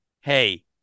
hey